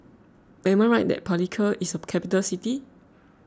am I right that Palikir is a capital city